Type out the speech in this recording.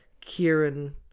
Kieran